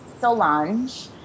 Solange